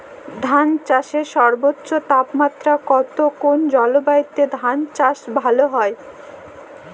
ধান চাষে সর্বোচ্চ তাপমাত্রা কত কোন জলবায়ুতে ধান চাষ ভালো হয়?